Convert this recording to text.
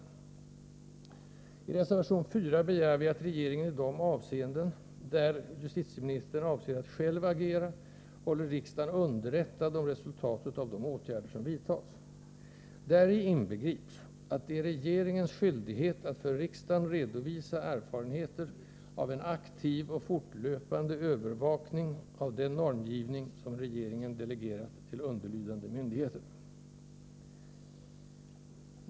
I reservation 4 begär vi att regeringen i de avseenden, där justitieministern avser att själv agera, håller riksdagen underrättad om resultatet av de åtgärder som vidtas. Däri inbegrips att det är regeringens skyldighet att för riksdagen redovisa erfarenheterna av en aktiv och fortlöpande övervakning av den normgivning som regeringen delegerat till underlydande myndigheter.